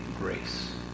grace